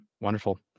Wonderful